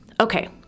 Okay